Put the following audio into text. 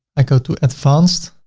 i go to advanced